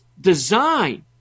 design